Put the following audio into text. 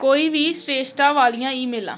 ਕੋਈ ਵੀ ਸ੍ਰੇਸ਼ਠਤਾ ਵਾਲੀਆਂ ਈਮੇਲਾਂ